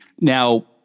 Now